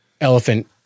elephant